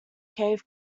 cave